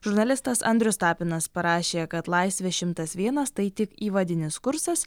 žurnalistas andrius tapinas parašė kad laisvė šimtas vienas tai tik įvadinis kursas